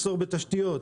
מחסור בתשתיות,